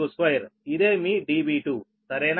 ఇదే మీ Db2 సరేనా